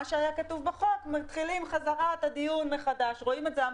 שהיה כתוב בחוק מתחילים שוב את הדיון מחדש.